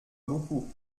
beaucoup